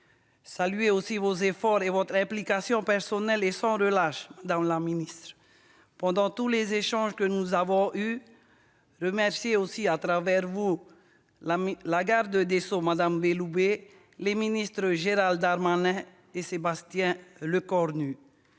salue aussi vos efforts et votre implication personnelle et sans relâche, madame la ministre, pendant tous les échanges que nous avons eus. Je remercie également, à travers vous, la garde des sceaux, Mme Belloubet, les ministres Gérald Darmanin et Sébastien Lecornu.